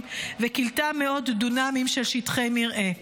וכילתה מאות דונמים של שטחי מרעה.